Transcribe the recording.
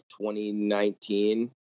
2019